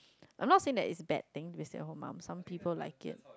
I'm not saying that is bad thing to be stay at home mum some people like it